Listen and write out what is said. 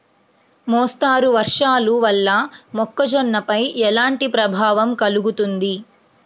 మోస్తరు వర్షాలు వల్ల మొక్కజొన్నపై ఎలాంటి ప్రభావం కలుగుతుంది?